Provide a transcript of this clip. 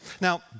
Now